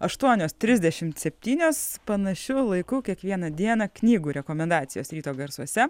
aštuonios trisdešimt septynios panašiu laiku kiekvieną dieną knygų rekomendacijos ryto garsuose